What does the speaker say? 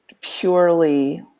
purely